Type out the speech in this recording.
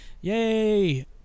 Yay